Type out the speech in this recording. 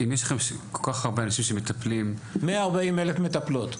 אם יש לכם כל-כך הרבה אנשים שמטפלים --- 140 אלף מטפלות.